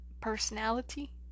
personality